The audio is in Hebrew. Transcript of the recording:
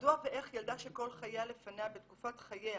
מדוע ואיך ילדה שכל חייה לפניה בתקופת חיים